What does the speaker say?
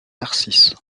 narcisse